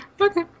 Okay